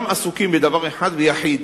הכול עסוקים בדבר אחד ויחיד,